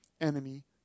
enemy